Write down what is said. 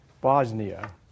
Bosnia